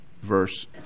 verse